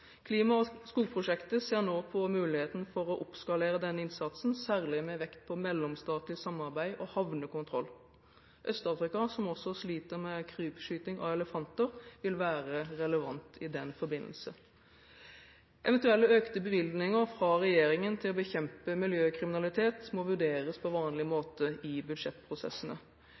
Klima- og skogprosjektet ser nå på muligheten for å oppskalere denne innsatsen, særlig med vekt på mellomstatlig samarbeid og havnekontroll. Øst-Afrika, som også sliter med krypskyting av elefanter, vil være relevant i den forbindelse. Eventuelle økte bevilgninger fra regjeringen til å bekjempe miljøkriminalitet må vurderes på vanlig måte i budsjettprosessene.